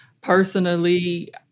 Personally